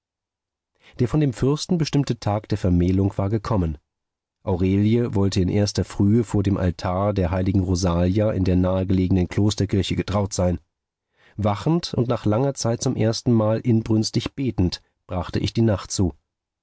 der von dem fürsten bestimmte tag der vermählung war gekommen aurelie wollte in erster frühe vor dem altar der heiligen rosalia in der nahe gelegenen klosterkirche getraut sein wachend und nach langer zeit zum erstenmal inbrünstig betend brachte ich die nacht zu